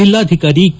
ಜಲ್ಲಾಧಿಕಾರಿ ಕೆ